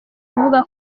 kuvuga